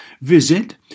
Visit